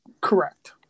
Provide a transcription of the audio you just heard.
correct